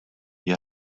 you